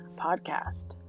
podcast